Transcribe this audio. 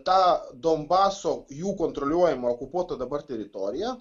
tą donbaso jų kontroliuojamą okupuotą dabar teritoriją